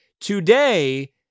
today